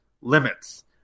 limits